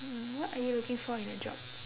uh what are you looking for in a job